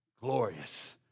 Glorious